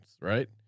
right